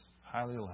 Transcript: highly